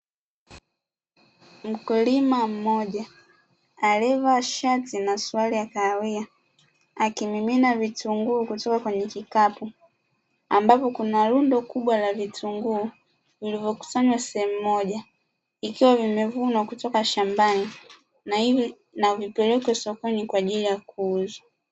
Mkulima mmoja aliyevaa shati na suruali ya kahawia akimimina vitunguu kutoka kwenye kikapu, ambapo kuna lundo kubwa la vitunguu vllivyokusanywa sehemu mmoja, vikiwa vimevunwa kutoka shambani na ili vipelekwe sokoni kwa ajili ya kuuzwa.